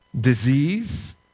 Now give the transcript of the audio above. disease